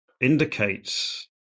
indicates